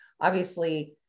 obviously-